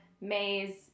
Maze